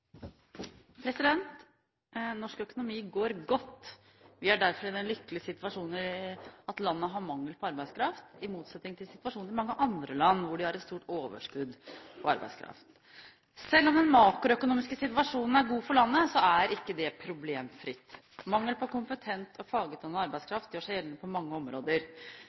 derfor i den lykkelige situasjon at landet har mangel på arbeidskraft, i motsetning til situasjonen i mange andre land hvor de har et stort overskudd på arbeidskraft. Selv om den makroøkonomiske situasjonen er god for landet, er ikke det problemfritt. Mangel på kompetent og fagutdannet arbeidskraft gjør seg gjeldende på mange